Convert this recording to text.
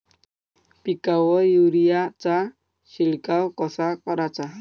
पिकावर युरीया चा शिडकाव कसा कराचा?